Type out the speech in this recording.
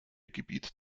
gebiet